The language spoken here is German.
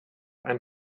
ein